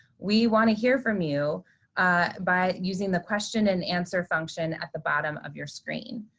we want to hear from you by using the question and answer function at the bottom of your screen.